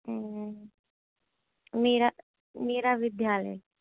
मेरा मेरा विद्यालय